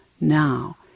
now